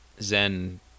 zen